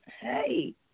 Hey